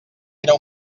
era